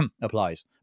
applies